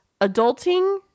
Adulting